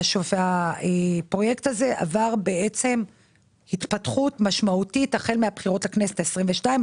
הפרויקט הזה עבר בעצם התפתחות משמעותית החל מהבחירות לכנסת ה-22.